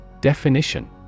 Definition